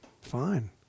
fine